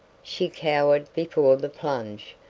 she cowered before the plunge,